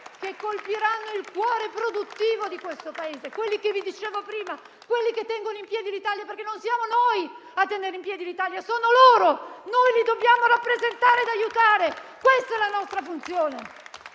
che colpiranno il cuore produttivo di questo Paese, quelli che vi dicevo prima, quelli che tengono in piedi l'Italia, perché non siamo noi a tenere in piedi l'Italia, sono loro e noi li dobbiamo rappresentare ed aiutare. Questa è la nostra funzione,